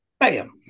Bam